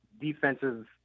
defensive